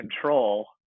control